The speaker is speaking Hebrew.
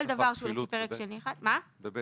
יכול להיות